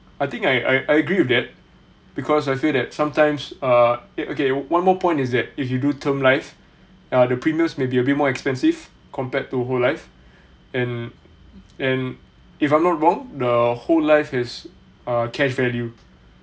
I think I I agree with that because I feel that sometimes uh it okay one more point is that if you do term life uh the premiums may be a bit more expensive compared to whole life and and if I'm not wrong the whole life is uh cash value